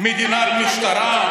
מדינת משטרה?